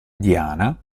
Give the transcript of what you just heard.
diana